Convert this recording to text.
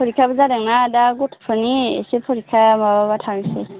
फरेखाबो जादों ना दा गथ'फोरनि एसे फरेखा माबाबा थांनोसै